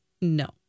No